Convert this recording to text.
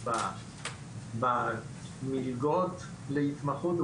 במלגות להתמחות,